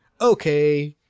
Okay